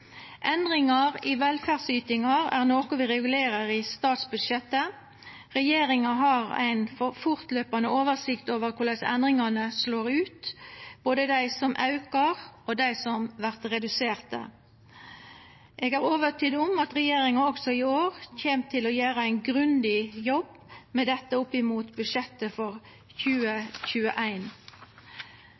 Endringar i velferdsytingar er noko ein regulerer i statsbudsjettet, regjeringa har ei fortløpande oversikt over korleis endringane slår ut både dei som aukar, og dei som vert reduserte. Eg er overtydd om at regjeringa også i år kjem til å gjera ein grundig jobb med dette opp mot budsjettet for